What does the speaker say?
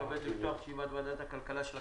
אני מתכבד לפתוח את ישיבת ועדת הכלכלה של הכנסת.